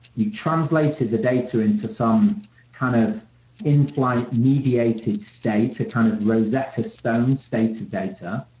you translated the data into some kind of in-flight mediated state to kind of rosetta stones states of data.